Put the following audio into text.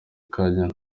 kanya